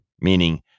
meaning